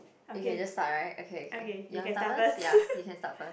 you can just start right okay okay you want start first ya you can start first